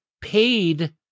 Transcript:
paid